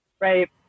right